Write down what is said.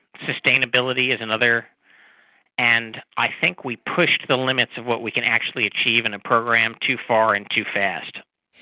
sustainability is another. and i think we pushed the limits of what we can actually achieve in a program too far and too fast.